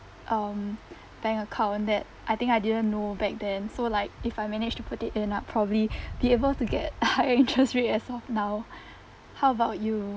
um bank account that I think I didn't know back then so like if I manage to put it end up probably be able to get a higher interest rate as of now how about you